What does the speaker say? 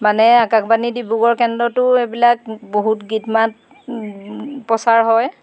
মানে আকাশবাণী ডিব্ৰুগড় কেন্দ্ৰতো এইবিলাক বহুত গীত মাত প্ৰচাৰ হয়